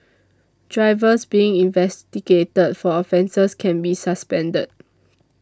drivers being investigated for offences can be suspended